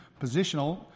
positional